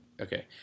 Okay